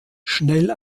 schnell